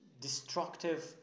destructive